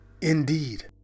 Indeed